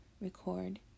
record